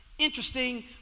Interesting